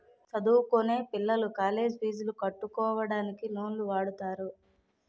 చదువుకొనే పిల్లలు కాలేజ్ పీజులు కట్టుకోవడానికి లోన్లు వాడుతారు